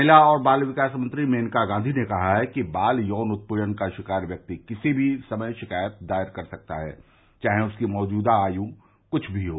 महिला और बाल विकास मंत्री मेनका गांधी ने कहा है कि बाल यौन उत्पीड़न का शिकार व्यक्ति किसी भी समय शिकायत दायर कर सकता है चाहे उसकी मौजूदा आय् कुछ भी हो